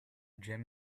gem